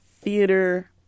theater